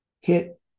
hit